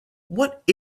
what